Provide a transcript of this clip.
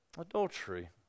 adultery